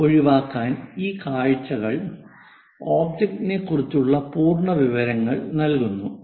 അത് ഒഴിവാക്കാൻ ഈ കാഴ്ചകൾ ഒബ്ജക്റ്റിനെക്കുറിച്ചുള്ള പൂർണ്ണ വിവരങ്ങൾ നൽകുന്നു